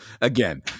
again